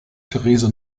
therese